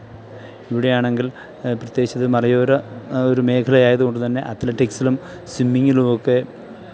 ഇവിടെയാണെങ്കിൽ പ്രത്യേകിച്ചിതു മലയോര ആ ഒരു മേഖലയായതു കൊണ്ടു തന്നെ അത്ലറ്റിക്സിലും സ്വിമ്മിങിലും ഒക്കെ